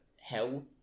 Hell